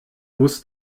muss